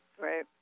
Right